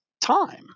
time